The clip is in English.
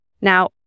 Now